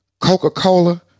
Coca-Cola